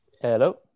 Hello